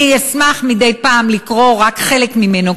אני אשמח מדי פעם לקרוא רק חלק ממנו,